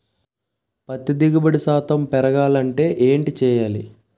పత్తి దిగుబడి శాతం పెరగాలంటే ఏంటి చేయాలి?